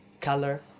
color